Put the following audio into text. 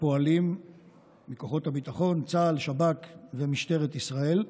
הפועלים מכוחות הביטחון: צה"ל, שב"כ ומשטרת ישראל,